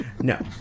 No